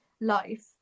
life